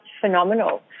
phenomenal